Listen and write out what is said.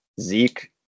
Zeke